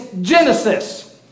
genesis